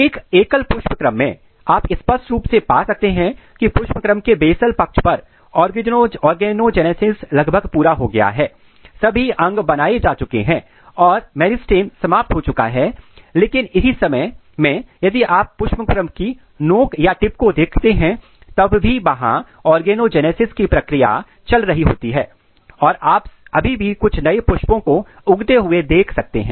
एक एकल पुष्पक्रम मैं आप स्पष्ट रूप से पा सकते हैं कि पुष्पक्रम के बेसल पक्ष पर ऑर्गेनोजेनेसिस लगभग पूरा हो गया है सभी अंग बनाए जा चुके है और मेरिस्टेम समाप्त हो चुका हैं लेकिन इसी समय में यदि आप पुष्पक्रम की नोक को देखते हैं तब भी वहां ऑर्गेनोजेनेसिस की प्रक्रिया चल रही होती है और आप अभी भी कुछ नए फूलों को उगते हुए देख सकते हैं